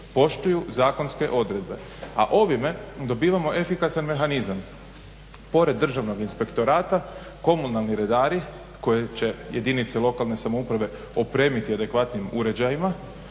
poštuju zakonske odredbe, a ovime dobivamo efikasan mehanizam. Pored državnog inspektorata komunalni redari koji će jedinici lokalne samouprave opremiti adekvatnim uređajima